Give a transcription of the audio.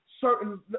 certain